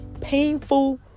painful